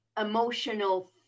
emotional